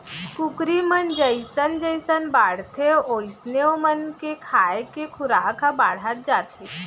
कुकरी मन जइसन जइसन बाढ़थें वोइसने ओमन के खाए के खुराक ह बाढ़त जाथे